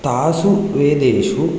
तासु वेदेषु